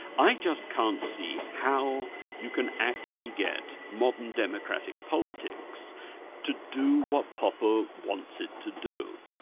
i just can't see how you can actually get modern democratic politics to do what popper wants it to do.